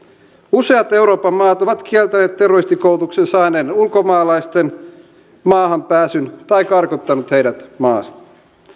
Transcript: useat euroopan maat ovat kieltäneet terroristikoulutuksen saaneiden ulkomaalaisten maahanpääsyn tai karkottaneet heidät maasta